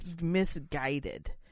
misguided